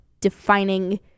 defining